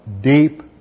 deep